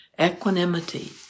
equanimity